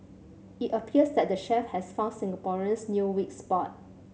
it appears that the chef has found Singaporeans new weak spot